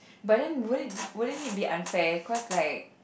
but then wouldn't wouldn't it be unfair cause like